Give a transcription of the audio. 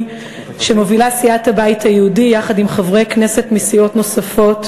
שמובילה סיעת הבית היהודי יחד עם חברי כנסת מסיעות נוספות,